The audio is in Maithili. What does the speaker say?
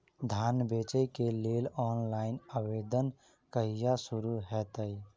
धान बेचै केँ लेल ऑनलाइन आवेदन कहिया शुरू हेतइ?